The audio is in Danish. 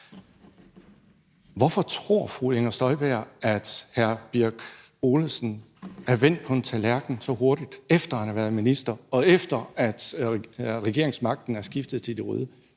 Hvorfor tror fru Inger Støjberg, at hr. Ole Birk Olesen er vendt på en tallerken så hurtigt, efter at han har været minister, og efter at regeringsmagten er skiftet til de røde?